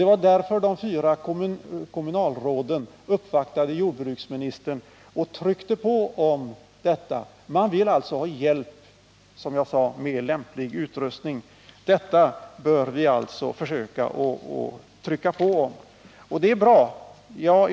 Det var därför som de fyra kommunalråden uppvaktade jordbruksministern om detta. Man ville, som jag sade, ha hjälp med lämplig utrustning. Detta bör vi också försöka trycka på om.